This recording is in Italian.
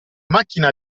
macchina